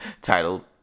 titled